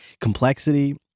Complexity